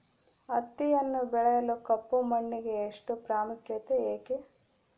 ಹತ್ತಿಯನ್ನು ಬೆಳೆಯಲು ಕಪ್ಪು ಮಣ್ಣಿಗೆ ಹೆಚ್ಚು ಪ್ರಾಮುಖ್ಯತೆ ಏಕೆ?